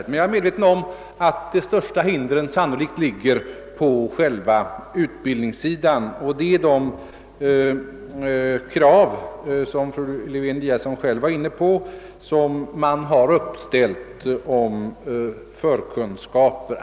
Jag är medveten om att de största hindren sannolikt ligger på utbildningssidan, i de krav på förkunskaper som fru Lewén-Eliasson var inne på.